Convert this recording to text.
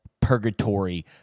purgatory